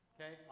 Okay